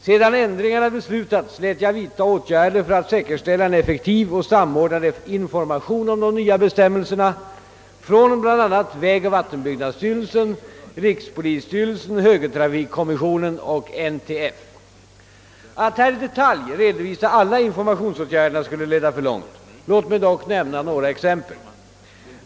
Sedan ändringarna beslutats lät jag vidta åtgärder för att säkerställa en effektiv och samordnad information om de nya bestämmelserna från bl.a. vägoch vattenbyggnadsstyrelsen, rikspolisstyrelsen, högertrafikkommissionen och NTF. Att här i detalj redovisa alla informationsåtgärderna skulle leda för långt. Låt mig dock lämna några exempel.